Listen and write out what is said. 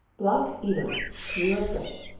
block edam u s a.